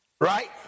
Right